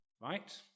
right